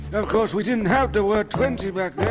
of course, we didn't have the word twenty back then